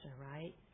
right